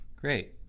Great